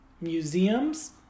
museums